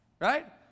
right